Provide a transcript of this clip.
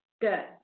good